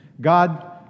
God